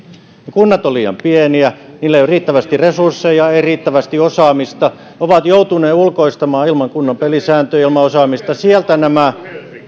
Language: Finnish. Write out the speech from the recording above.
ja ne kunnat ovat liian pieniä niillä ei ole riittävästi resursseja ei riittävästi osaamista ne ovat joutuneet ulkoistamaan ilman kunnon pelisääntöjä ilman osaamista ja